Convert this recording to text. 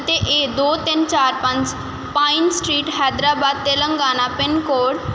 ਅਤੇ ਇਹ ਦੋ ਤਿੰਨ ਚਾਰ ਪੰਜ pine street Hyderabad Telangana pin code